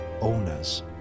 owners